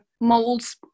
molds